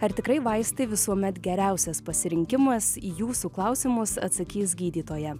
ar tikrai vaistai visuomet geriausias pasirinkimas į jūsų klausimus atsakys gydytoja